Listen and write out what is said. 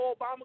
Obama